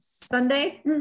Sunday